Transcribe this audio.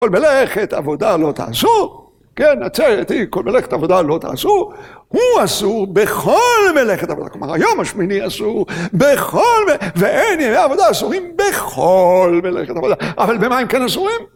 כל מלאכת עבודה לא תעשו, כן? עצרת היא, כל מלאכת עבודה לא תעשו הוא אסור בכל מלאכת עבודה, כלומר היום השמיני אסור בכל מלאכת, ואין ימי עבודה אסורים בכל מלאכת עבודה אבל במה הם כן אסורים?